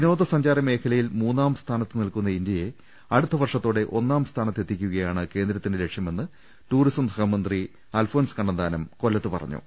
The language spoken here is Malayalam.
വിനോദ സഞ്ചാര മേഖലയിൽ മൂന്നാം സ്ഥാനത്ത് നിൽക്കുന്ന ഇന്ത്യയെ അടുത്ത വർഷത്തോടെ ഒന്നാം സ്ഥാനത്തെത്തിക്കുക യാണ് കേന്ദ്രത്തിന്റെ ലക്ഷ്യമെന്ന് ടൂറിസം സഹമന്ത്രി അൽഫോ ണൻസ് കണ്ണന്താനം കൊല്ലത്ത് പറഞ്ഞു